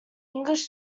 english